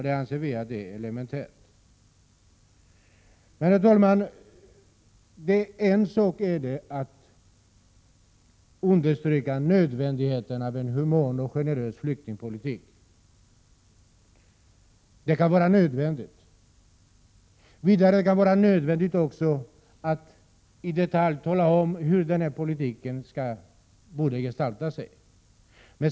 Detta anser vi vara elementärt. Det kan vara nödvändigt att understryka behovet av en human och generös flyktingpolitk. Vidare kan det också vara nödvändigt att i detalj tala om hur denna politik borde gestalta sig.